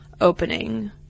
opening